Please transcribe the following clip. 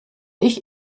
ich